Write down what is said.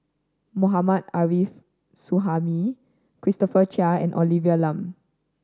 Mohammad Arif Suhaimi Christopher Chia and Olivia Lum